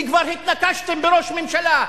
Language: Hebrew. כי כבר התנקשתם בראש ממשלה,